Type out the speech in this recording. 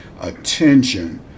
attention